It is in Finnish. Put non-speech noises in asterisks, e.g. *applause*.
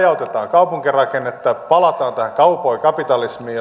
kaupunkirakennetta palataan tähän cowboykapitalismiin *unintelligible*